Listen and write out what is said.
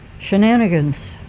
shenanigans